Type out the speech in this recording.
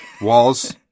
Walls